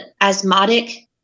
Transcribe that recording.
asthmatic